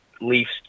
Leafs